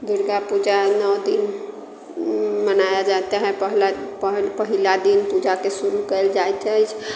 दुर्गा पूजा नओ दिन मनाया जाता है पहला पहल प पहिला दिन पूजाके शुरू कयल जाइत अछि